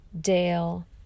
Dale